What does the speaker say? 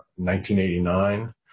1989